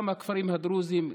גם בכפרים הדרוזיים,